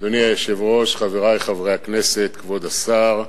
אדוני היושב-ראש, חברי חברי הכנסת, כבוד השר,